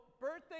birthday